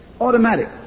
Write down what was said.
Automatic